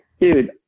dude